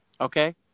okay